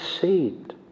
seed